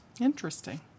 Interesting